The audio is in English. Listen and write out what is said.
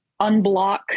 unblock